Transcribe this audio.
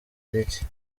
gicye